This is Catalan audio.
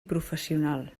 professional